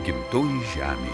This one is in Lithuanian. gimtoji žemė